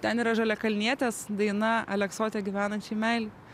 ten yra žaliakalnietės daina aleksote gyvenančiai meilei